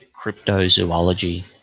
cryptozoology